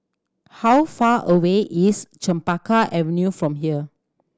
how far away is Chempaka Avenue from here